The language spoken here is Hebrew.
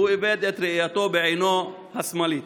והוא איבד את ראייתו בעינו השמאלית.